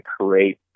create